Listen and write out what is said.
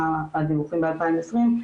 מה הדיווחים ב-2020,